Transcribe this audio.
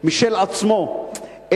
משל עצמו,